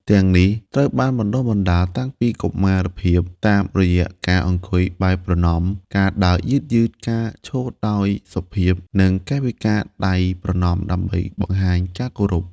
ទាំងនេះត្រូវបានបណ្តុះបណ្តាលតាំងពីកុមារភាព តាមរយៈការអង្គុយបែបប្រណម្យ ការដើរយឺតៗ ការឈរដោយសុភាព និងកាយវិការដៃប្រណម្យដើម្បីបង្ហាញការគោរព។